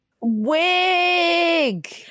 wig